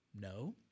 No